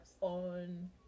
on